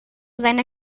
seine